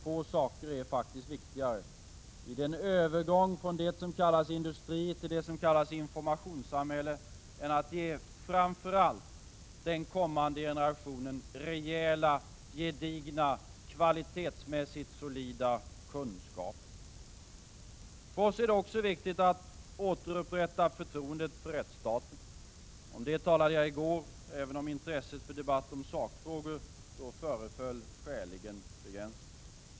Få saker är viktigare i den övergång från det som kallats industritill det som kallas informationssamhälle än att ge framför allt den kommande generationen rejäla, gedigna, kvalitetsmässigt solida kunskaper. För oss är det också viktigt att återupprätta förtroendet för rättsstaten. Om det talade jag i går, även om intresset för debatt om sakfrågor då föreföll skäligen begränsat.